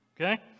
Okay